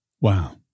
Wow